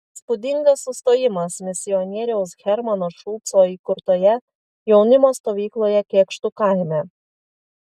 įspūdingas sustojimas misionieriaus hermano šulco įkurtoje jaunimo stovykloje kėkštų kaime